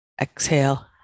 Exhale